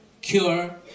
cure